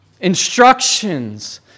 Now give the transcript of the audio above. instructions